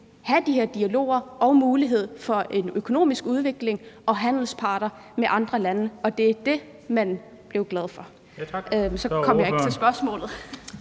have de her dialoger og mulighed for en økonomisk udvikling og være handelspartner med andre lande, og det er det, man blev glad for. (Den fg. formand